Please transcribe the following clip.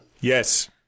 Yes